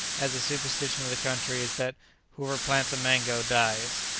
as the superstition of the country is that whoever plants a mango, dies!